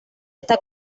está